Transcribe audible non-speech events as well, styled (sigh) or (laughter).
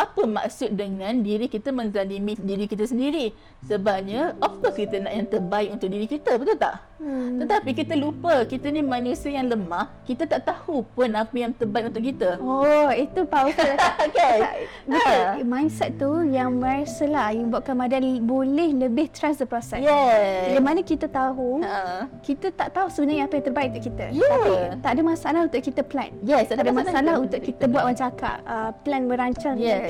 Apa maksud dengan diri kita menzalimi diri kita sendiri? Sebabnya, of course kita nak yang terbaik untuk diri kita, betul tak? Hmm. Tetapi kita lupa, kita ni manusia yang lemah, kita tak tahu pun apa yang terbaik untuk kita. Oh, itu power. (laughs) Okay. Tak, betul, Ha. mindset tu yang merasalah yang buat Ramadan boleh lebih trust the process. Yeah. Bila mana kita tahu, Ha. kita tak tahu sebenarnya apa yang terbaik untuk kita. Yeah. Tapi, tak ada masalah untuk kita plan. Yes, tak ada Tak ada masalah masalah untuk untuk kita kita buat, plan. orang cakap, uh, plan merancang Yeah. dia.